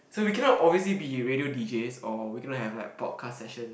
so we cannot obviously be radio D_Js or we cannot have like podcasts session